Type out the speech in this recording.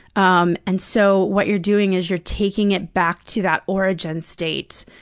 um and so, what you're doing is, you're taking it back to that origin state,